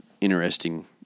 interesting